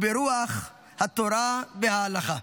וברוח התורה וההלכה.